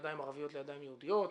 מידיים ערביות לידיים יהודיות.